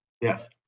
Yes